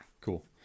Cool